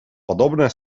podobne